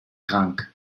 krank